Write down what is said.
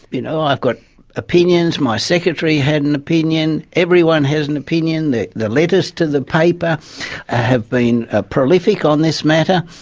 you know, i've got opinions, my secretary had an opinion, everyone has an opinion. the the letters to the paper have been ah prolific on this matter.